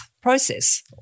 process